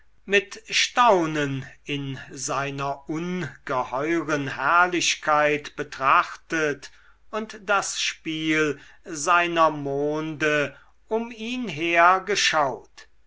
mit staunen in seiner ungeheuren herrlichkeit betrachtet und das spiel seiner monde um ihn her geschaut